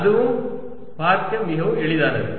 அதுவும் பார்க்க மிகவும் எளிதானது